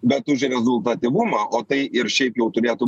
bet už rezultatyvumą o tai ir šiaip jau turėtų